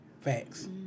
Facts